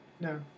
no